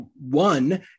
one